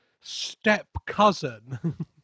step-cousin